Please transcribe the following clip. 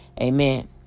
Amen